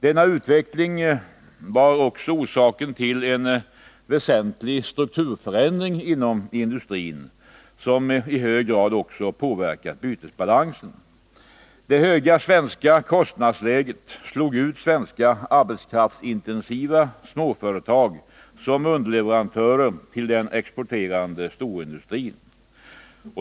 Denna utveckling var också orsaken till en väsentlig strukturförändring inom industrin, som i hög grad påverkat bytesbalansen. Det höga svenska kostnadsläget slog ut svenska arbetskraftsintensiva småföretag som underleverantörer till den exporterande storindustrin.